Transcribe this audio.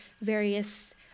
various